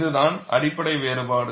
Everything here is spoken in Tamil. இதுதான் அடிப்படை வேறுபாடு